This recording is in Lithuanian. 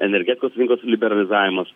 energetikos rinkos liberalizavimas